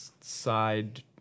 side